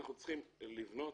אנחנו צריכים לבנות.